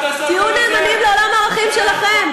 תהיו נאמנים לעולם הערכים שלכם.